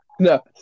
No